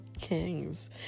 Kings